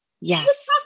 Yes